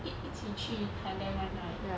一一起去 thailand 玩 right